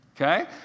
okay